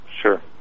Sure